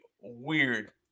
weird